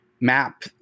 map